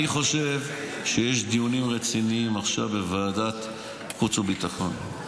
אני חושב שיש דיונים רציניים עכשיו בוועדת החוץ והביטחון.